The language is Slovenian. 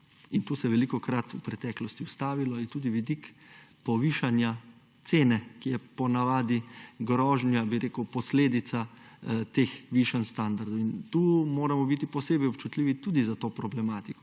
in tu se je velikokrat v preteklosti ustavilo, je tudi vidik povišanja cene, ki je po navadi grožnja, posledica teh višanj standardov. Tu moramo biti posebej občutljivi tudi za to problematiko,